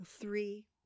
three